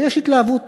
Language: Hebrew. ויש התלהבות,